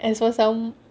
I saw some